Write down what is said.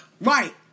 right